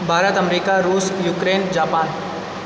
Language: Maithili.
भारत अमेरिका रूस यूक्रेन जापान